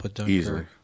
Easily